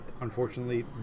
unfortunately